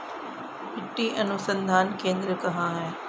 मिट्टी अनुसंधान केंद्र कहाँ है?